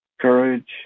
courage